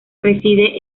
reside